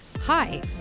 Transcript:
Hi